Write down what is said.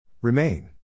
Remain